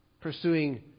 pursuing